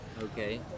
Okay